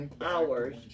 hours